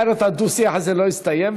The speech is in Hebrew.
אחרת הדו-שיח הזה לא יסתיים,